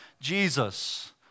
Jesus